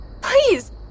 Please